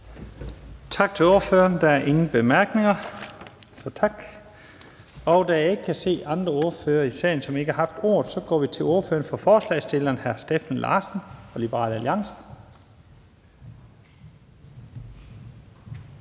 Tak til ordføreren. Der er ingen korte bemærkninger. Og da jeg ikke kan se andre ordførere i salen, som ikke har haft ordet, så går vi til ordføreren for forslagsstillerne, hr. Steffen Larsen fra Liberal Alliance.